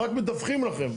רק מדווחים לכם.